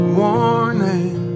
warning